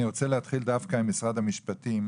אני רוצה להתחיל עם משרד המשפטים,